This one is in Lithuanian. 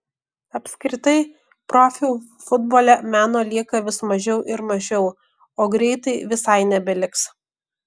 apskritai profių futbole meno lieka vis mažiau ir mažiau o greitai visai nebeliks